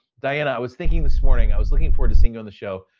diana, i was thinking this morning. i was looking forward to seeing you on the show.